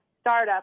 startup